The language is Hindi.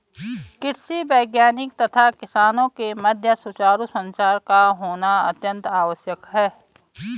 कृषि वैज्ञानिक तथा किसानों के मध्य सुचारू संचार का होना अत्यंत आवश्यक है